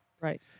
Right